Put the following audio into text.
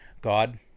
god